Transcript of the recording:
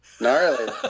Gnarly